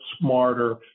smarter